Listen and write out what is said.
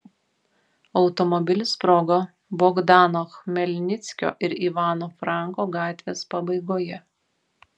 automobilis sprogo bogdano chmelnickio ir ivano franko gatvės pabaigoje